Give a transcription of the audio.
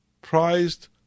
prized